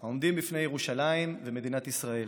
העומדים בפני ירושלים ומדינת ישראל,